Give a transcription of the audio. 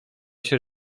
się